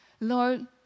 Lord